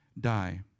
die